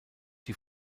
die